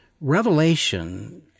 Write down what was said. revelation